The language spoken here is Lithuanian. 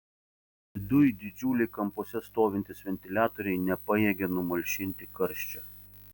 viduj didžiuliai kampuose stovintys ventiliatoriai nepajėgė numalšinti karščio